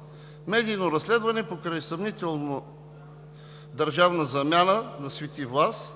– медийно разследване покрай съмнителна държавна замяна на Свети Влас.